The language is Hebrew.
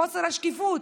חוסר השקיפות.